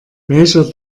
welcher